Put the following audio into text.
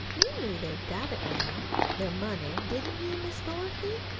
you knew they'd got it now their money, didn't you, miss dorothy?